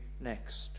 next